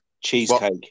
Cheesecake